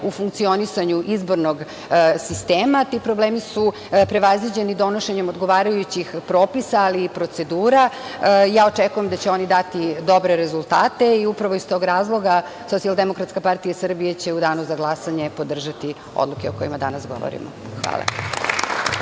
u funkcionisanju izbornog sistema. Ti problemi su prevaziđeni donošenjem odgovarajućih propisa, ali i procedura. Očekujem da će oni dati dobre rezultate. Upravo iz tog razloga Socijaldemokratska partija Srbije će u danu za glasanje podržati odluke o kojima danas govorimo. Hvala.